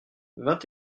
vingt